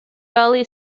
valley